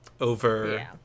over